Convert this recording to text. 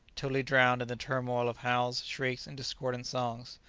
totally drowned in the turmoil of howls, shrieks, and discordant songs.